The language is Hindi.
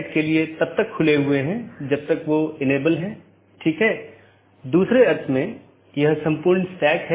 इसलिए आज हम BGP प्रोटोकॉल की मूल विशेषताओं पर चर्चा करेंगे